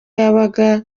yabaga